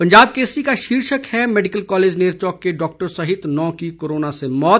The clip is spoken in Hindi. पंजाब केसरी का शीर्षक है मैडिकल कॉलेज नेरचौक के डाक्टर सहित नौ की कोरोना से मौत